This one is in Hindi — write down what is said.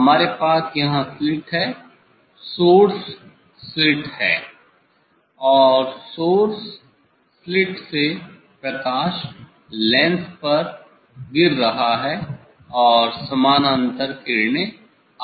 हमारे पास यहां स्लिट है सोर्स स्लिट है और सोर्स स्लिट से प्रकाश लेंस पर गिर रहा है और समानांतर किरणें आ रही हैं